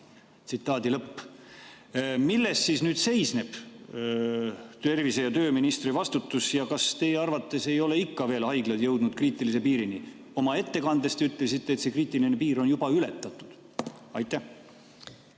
küll jah." Milles siis seisneb tervise- ja tööministri vastutus? Ja kas teie arvates ei ole haiglad ikka veel jõudnud kriitilise piirini? Oma ettekandes te ütlesite, et see kriitiline piir on juba ületatud. Aitäh!